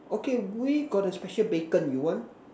okay we got the special bacon you want